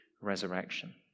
resurrection